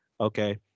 Okay